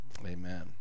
amen